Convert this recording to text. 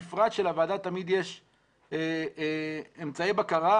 בפרט שלוועדה תמיד יש אמצעי בקרה